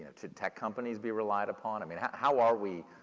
ah should tech companies be relied upon? i mean how are we,